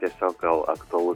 tiesiog gal aktualu